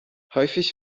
häufig